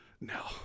No